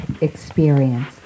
experience